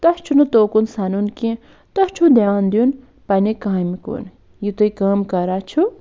تۄہہِ چھُنہٕ توکُن سَنُن کیٚنہہ تۄہہِ چھُو دھیان دیُن پَنٛنہِ کامہِ کُن یہِ تُہۍ کٲم کران چھُو